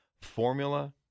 formula